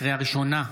לקריאה ראשונה,